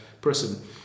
person